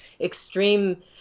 extreme